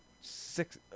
Six